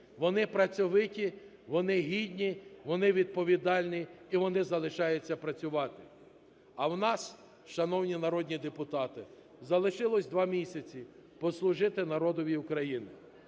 вони працьовиті, вони гідні, вони відповідальні і вони залишаються працювати. А в нас, шановні народні депутати, залишилося 2 місяці послужити народовці України.